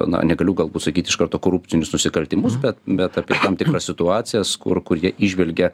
na negaliu galbūt sakyti iš karto korupcinius nusikaltimus bet bet apie tam tikras situacijas kur kur jie įžvelgia